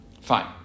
fine